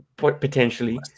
Potentially